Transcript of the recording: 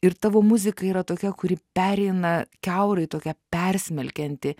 ir tavo muzika yra tokia kuri pereina kiaurai tokia persmelkianti